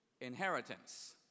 inheritance